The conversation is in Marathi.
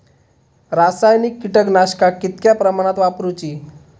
रासायनिक कीटकनाशका कितक्या प्रमाणात वापरूची?